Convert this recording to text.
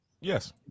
Yes